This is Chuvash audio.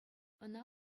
ӑна